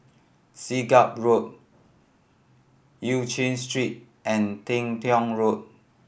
Siglap Road Eu Chin Street and Teng Tong Road